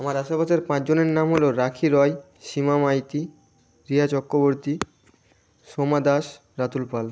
আমার আশেপাশের পাঁচজনের নাম হলো রাখি রয় সীমা মাইতি রিয়া চক্রবর্তী সোমা দাস রাতুল পাল